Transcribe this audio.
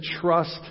trust